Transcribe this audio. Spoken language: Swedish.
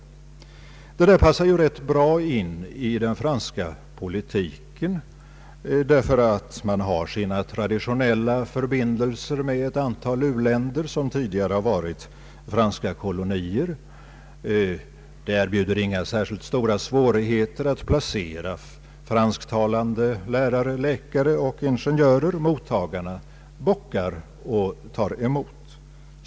Detta system passar rätt bra in i den franska politiken, eftersom man har sina traditionella förbindelser med ett antal uländer som tidigare varit franska kolonier. Det erbjuder inga särskilt stora svårigheter att placera fransktalande läkare, lärare och ingenjörer. Mottagarna bockar och tar emot.